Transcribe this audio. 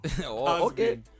Okay